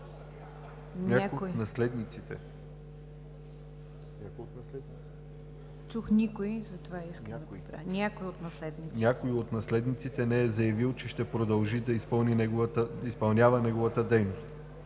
някой от наследниците не е заявил, че ще продължи да изпълнява неговата дейност;